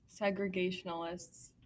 segregationalists